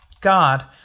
God